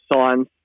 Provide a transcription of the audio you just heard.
signs